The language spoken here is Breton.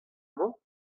emañ